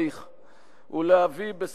ביקשו להביע את